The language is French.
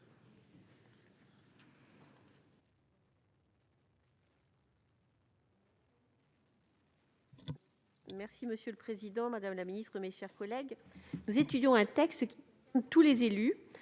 Monsieur le président, madame la ministre, mes chers collègues, nous étudions un texte qui concerne tous les élus.